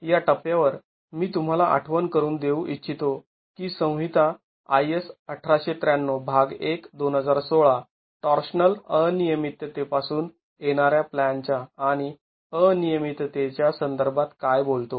या टप्प्यावर मी तुम्हाला आठवण करून देऊ इच्छितो की संहिता IS १८९३ भाग १ २०१६ टॉर्शनल अनियमिततेपासून येणाऱ्या प्लॅन च्या आणि अनियमिततेच्या संदर्भात काय बोलतो